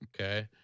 okay